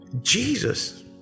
jesus